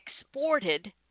exported